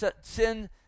sin